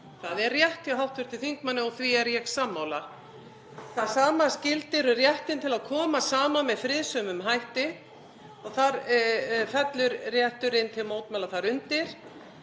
Það er rétt hjá hv. þingmanni og því er ég sammála. Það sama gildir um réttinn til að koma saman með friðsömum hætti. Þar fellur rétturinn til mótmæla undir